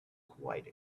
quite